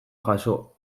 jaso